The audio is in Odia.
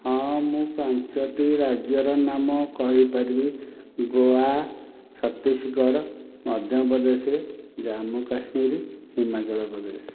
ହଁ ମୁଁ ପାଞ୍ଚଟି ରାଜ୍ୟର ନାମ କହିପାରିବି ଗୋଆ ଛତିଶଗଡ଼ ମଧ୍ୟପ୍ରଦେଶ ଜାମ୍ମୁ କାଶ୍ମୀର ହିମାଚଳ ପ୍ରଦେଶ